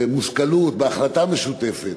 במושכלות, בהחלטה משותפת,